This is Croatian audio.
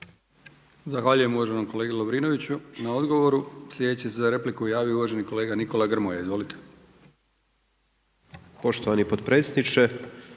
Zahvaljujem uvaženom kolegi Jovanoviću na odgovoru. Sljedeća se za repliku javila uvažena kolegica Sabina Glasovac, izvolite.